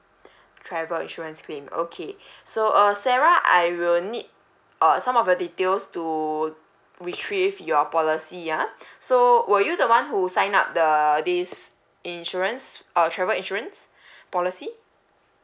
travel insurance claim okay so uh sarah I will need uh some of your details to retrieve your policy ya so were you the one who sign up the this insurance uh travel insurance policy